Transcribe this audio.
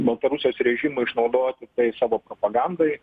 baltarusijos režimui išnaudoti tai savo propagandai